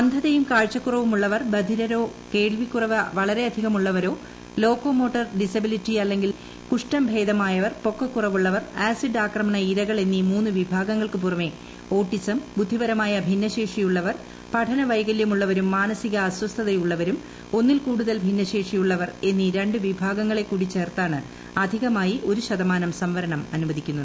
അന്ധതയും കാഴ്ച്ചക്കുറവുമുള്ളവർ ബധിരരോ കേൾവിക്കുറവ് വളരെയധികമുള്ളവരോ ലോക്കോമോട്ടോർ ഡിസെബിലിറ്റി അല്ലെങ്കിൽ സെറിബ്രൽ പാൾസി കുഷ്ഠം ഭേദമായവർ പൊക്കക്കുറവുള്ളവർ ആസിഡ് ആക്രമണ ഇരകൾ എന്നീ മൂന്ന് വിഭാഗങ്ങൾക്ക് പുറമേ ഓട്ടിസം ബുദ്ധിപരമായ ഭിന്നശേഷിയുള്ളവർ പഠനവൈകല്യമുള്ളവരും അസ്വസ്ഥതയുള്ളവരും ഒന്നിൽ മാനസിക കുടുതൽ ഭിന്നശേഷിയുള്ളവർ എന്നീ രണ്ട് വിഭാഗങ്ങളെക്കൂടി ചേർത്താണ് അധികമായി ഒരു ശതമാനം സംവരണം അനുവദിക്കുന്നത്